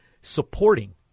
supporting